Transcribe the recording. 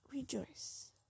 Rejoice